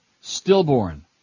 Stillborn